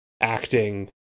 acting